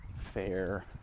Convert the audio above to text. fair